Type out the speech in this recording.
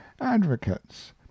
Advocates